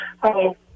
Hello